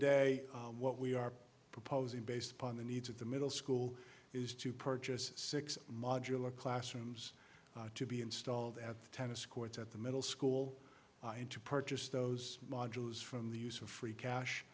day what we are proposing based upon the needs of the middle school is to purchase six modular classrooms to be installed at the tennis courts at the middle school and to purchase those modules from the use of free